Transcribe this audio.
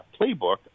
playbook